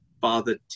Father